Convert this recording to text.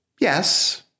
Yes